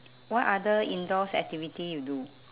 what other indoors activity you do